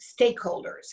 stakeholders